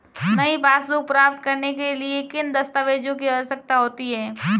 नई पासबुक प्राप्त करने के लिए किन दस्तावेज़ों की आवश्यकता होती है?